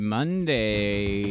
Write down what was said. Monday